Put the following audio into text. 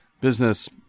business